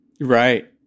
right